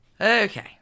Okay